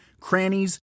crannies